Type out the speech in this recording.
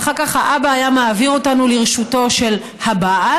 ואחר כך האבא היה מעביר אותנו לרשותו של הבעל,